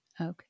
Okay